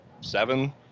seven